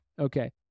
Okay